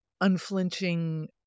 unflinching